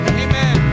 amen